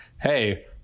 Hey